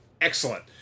excellent